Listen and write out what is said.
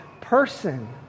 person